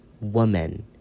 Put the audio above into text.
woman